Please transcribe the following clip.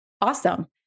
awesome